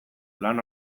lan